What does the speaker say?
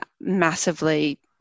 massively